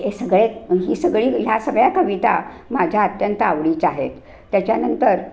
हे सगळे ही सगळी ह्या सगळ्या कविता माझ्या अत्यंत आवडीच्या आहेत त्याच्यानंतर